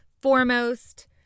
foremost